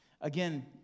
Again